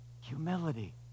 Humility